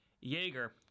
Jaeger